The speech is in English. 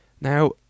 Now